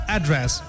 Address